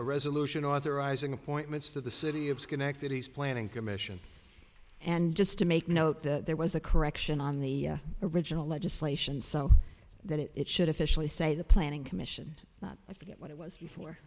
resolution authorizing appointments to the city of schenectady is planning commission and just to make note that there was a correction on the original legislation so that it should officially say the planning commission i forget what it was before